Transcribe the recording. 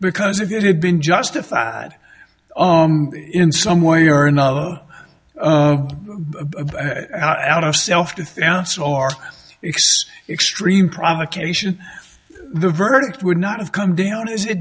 because if you had been justified in some way you are not out of self defense or extreme provocation the verdict would not have come down as it